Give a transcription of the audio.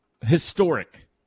historic